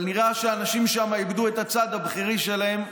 אבל נראה שהאנשים שם איבדו את הצד הבחירי שלהם,